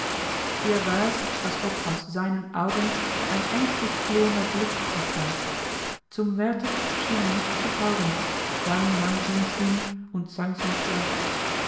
ihr war's als ob aus seinen augen ein ängstlich flehender blick sie traf zum wärter schien er nicht zu taugen dann nahm sie's ihm und sang's in schlaf